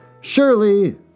Surely